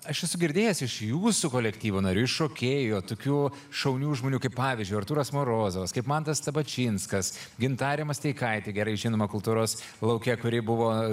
aš esu girdėjęs iš jūsų kolektyvo narių iš šokėjų tokių šaunių žmonių kaip pavyzdžiui artūras morozovas kaip mantas stabačinskas gintarė masteikaitė gerai žinoma kultūros lauke kuri buvo